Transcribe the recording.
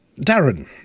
darren